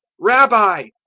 rabbi,